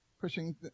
pushing